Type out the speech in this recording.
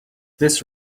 this